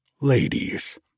Ladies